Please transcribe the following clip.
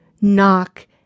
Knock